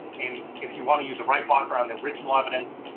and if you wanna use a right blocker on the original evidence,